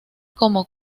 como